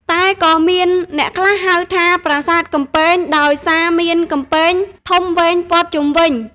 តែក៏មានអ្នកខ្លះហៅថា ប្រាសាទកំពែងដោយសារមាន កំពែងធំវែងព័ទ្ធជុំវិញ ។